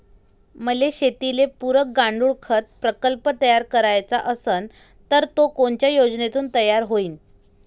मले शेतीले पुरक गांडूळखत प्रकल्प तयार करायचा असन तर तो कोनच्या योजनेतून तयार होईन?